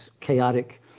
chaotic